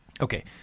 Okay